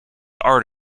art